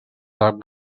sap